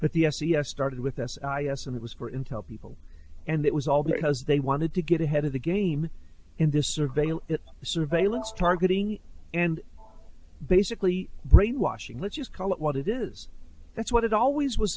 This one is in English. but the s t s started with s s and it was for intel people and it was all because they wanted to get ahead of the game in this surveillance surveillance targeting and basically brainwashing let's just call it what it is that's what it always was